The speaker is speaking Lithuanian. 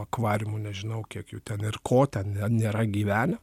akvariumų nežinau kiek jų ten ir ko ten nėra gyvenę